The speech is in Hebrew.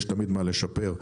ויש תמיד מה לשפר,